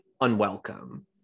unwelcome